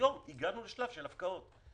היום הגענו לשלב של הפקעות.